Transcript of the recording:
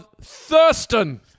Thurston